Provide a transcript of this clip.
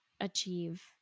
achieve